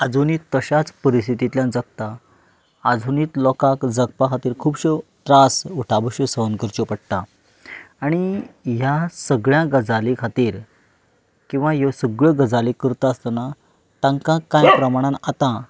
आजुनय तशाच परिस्थितींतल्यान जगता आजुनय लोकांक जगपा खातीर खुबसो त्रास उटाबश्यो सहन करच्यो पडटा आनी ह्या सगळ्या गजाली खातीर किंवा ह्यो सगळ्यो गजाली करतास्तना तांकां कांय प्रमाणान आतां